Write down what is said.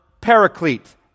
paraclete